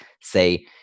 say